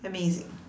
amazing